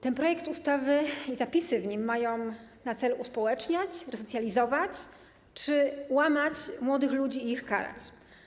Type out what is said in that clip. Ten projekt ustawy i zapisy w nim zawarte mają na celu uspołeczniać, resocjalizować czy łamać młodych ludzi i ich karać?